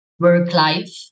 work-life